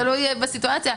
תלוי בסיטואציה,